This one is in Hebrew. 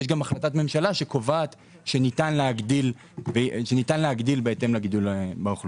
יש גם החלטת ממשלה שקובעת שניתן להגדיל בהתאם לגידול באוכלוסייה.